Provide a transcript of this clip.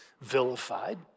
vilified